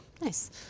Nice